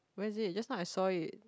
where is it just now I saw it